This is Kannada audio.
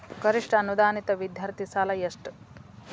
ಗರಿಷ್ಠ ಅನುದಾನಿತ ವಿದ್ಯಾರ್ಥಿ ಸಾಲ ಎಷ್ಟ